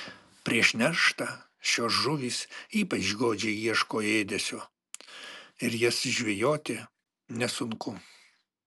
prieš nerštą šios žuvys ypač godžiai ieško ėdesio ir jas žvejoti nesunku